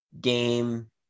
game